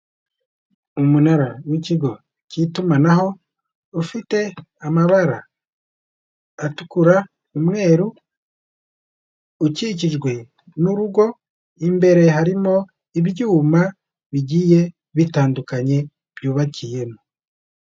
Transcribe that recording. Umunara w'ikigo cy'itumanaho ufite amabara atukura, umweru; ukikijwe n'urugo, imbere harimo ibyuma bigiye bitandukanye byubakiyemo.